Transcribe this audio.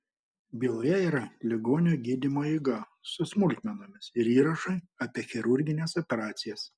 byloje yra ligonio gydymo eiga su smulkmenomis ir įrašai apie chirurgines operacijas